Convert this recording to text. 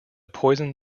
poison